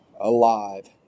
alive